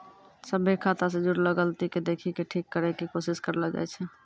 सभ्भे खाता से जुड़लो गलती के देखि के ठीक करै के कोशिश करलो जाय छै